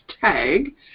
tag